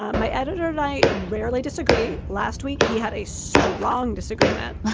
my editor, and i rarely disagree. last week he had a strong disagreement